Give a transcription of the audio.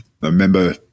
remember